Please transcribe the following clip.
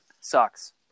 sucks